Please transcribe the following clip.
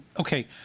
Okay